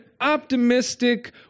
optimistic